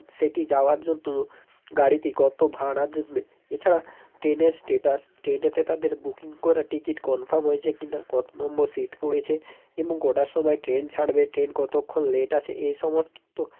সেটি যাওয়ার জন্য গাড়িটি কত ভাড়া দেবে এছাড়া ট্রেনের স্টেটাস ট্রেনটাতে তাদের বুকিং করা টিকিট কনফাম হয়েছে কিনা কত নম্বর সিট পড়েছে এবং কটার সময় ট্রেন ছাড়বে ট্রেন কতক্ষণ লেট আছে এসমস্ত